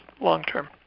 long-term